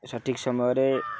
ସଠିକ୍ ସମୟରେ